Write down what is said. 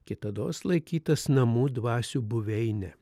kitados laikytas namų dvasių buveine